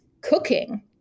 cooking